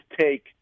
take